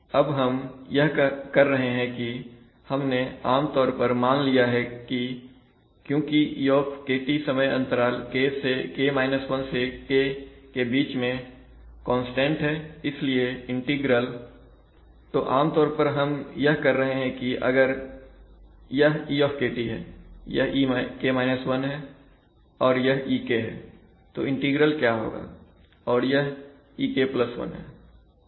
तो अब हम यह कर रहे हैं कि हमने आमतौर पर मान लिया है कि क्योंकि e समय अंतराल k 1 से k के बीच में कांस्टेंट है इसलिए इंटीग्रल तो आमतौर पर हम यह कर रहे हैं कि अगर यह e है यह ek 1 है और यह ek है तो इंटीग्रल क्या होगा और यह ek1 है